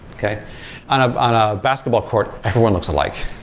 on ah on a basketball court, everyone looks alike.